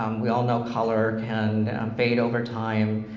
um we all know color can fade over time,